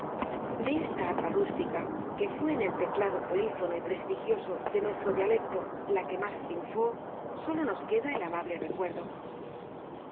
de esta arpa rústica que fué en el teclado polífono y prestigioso de nuestro dialecto la que más triunfó sólo nos queda el amable recuerdo